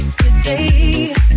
today